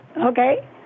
Okay